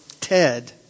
Ted